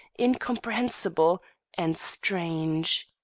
incomprehensible and strange.